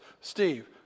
Steve